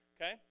Okay